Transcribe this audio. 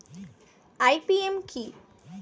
IPM কি?